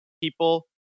people